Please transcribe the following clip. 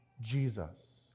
Jesus